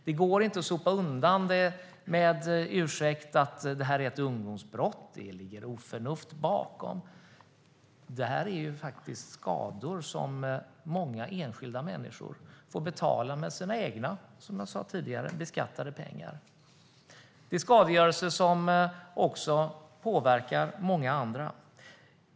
Det går inte att sopa dem under mattan med ursäkten att det är ett ungdomsbrott och att det ligger oförnuft bakom. Det här är faktiskt skador som många enskilda människor får betala med sina egna, som jag sa tidigare, beskattade pengar. Denna skadegörelse påverkar också många andra.